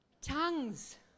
tongues